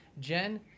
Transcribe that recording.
Jen